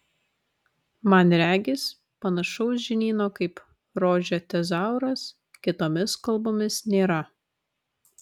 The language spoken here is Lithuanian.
man regis panašaus žinyno kaip rože tezauras kitomis kalbomis nėra